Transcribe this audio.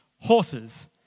horses